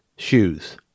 Shoes